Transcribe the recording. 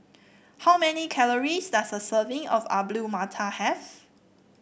how many calories does a serving of Alu Matar have